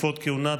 תקופות כהונה,